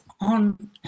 on